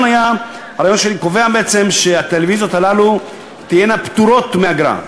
הרעיון שלי קובע בעצם שהטלוויזיות הללו תהיינה פטורות מאגרה,